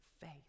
faith